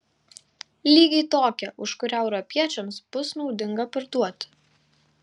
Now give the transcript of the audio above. lygiai tokią už kurią europiečiams bus naudinga parduoti